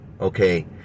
Okay